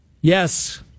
Yes